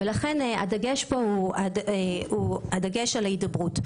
אבל הדגש הוא על יתרונה של ההידברות.